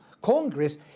Congress